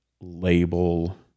label